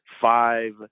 five